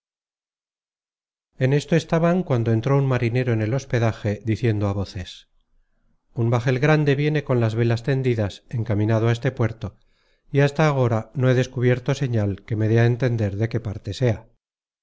en esto estaban cuando entró un marinero en el hospedaje diciendo á voces un bajel grande viene con las velas tendidas encaminado á este puerto y hasta agora no he descubierto señal que me dé á entender de qué parte sea